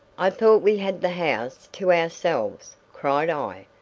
i thought we had the house to ourselves? cried i,